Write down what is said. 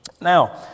Now